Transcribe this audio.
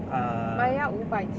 err